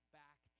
back